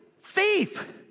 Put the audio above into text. thief